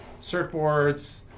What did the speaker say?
surfboards